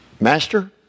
Master